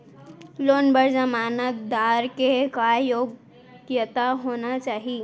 Loan बर जमानतदार के का योग्यता होना चाही?